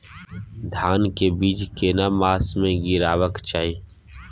धान के बीज केना मास में गीरावक चाही?